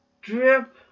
Drip